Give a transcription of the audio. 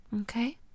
okay